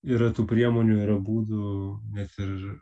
yra tų priemonių yra būdų net ir